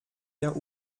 der